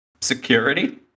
security